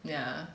yeah